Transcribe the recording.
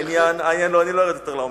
אני לא ארד יותר לעומק,